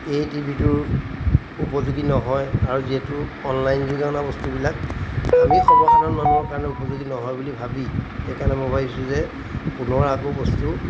এই টিভি টোৰ উপযোগী নহয় আৰু যিহেতু অনলাইনযোগে অনা বস্তুবিলাক আমি সৰ্বসাধাৰণ মানুহৰ কাৰণে উপযোগী নহয় বুলি ভাবি সেইকাৰণে মই ভাবিছো যে পুনৰ আকৌ বস্তু